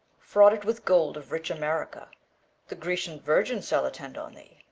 fraughted with gold of rich america the grecian virgins shall attend on thee,